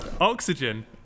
Oxygen